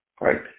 Right